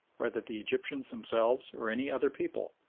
whether the egyptians themselves or any other people,